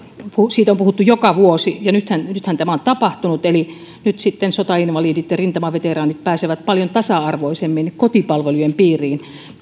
puhuttu joka vuosi ja nythän nythän tämä on tapahtunut eli sotainvalidit ja rintamaveteraanit pääsevät paljon tasa arvoisemmin kotipalvelujen piiriin